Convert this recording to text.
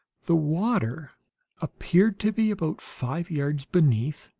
the water appeared to be about five yards beneath,